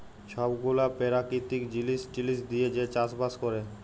ছব গুলা পেরাকিতিক জিলিস টিলিস দিঁয়ে যে চাষ বাস ক্যরে